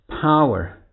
power